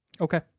Okay